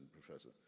Professor